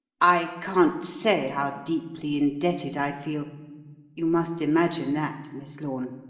i can't say how deeply indebted i feel you must imagine that, miss lorne,